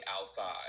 outside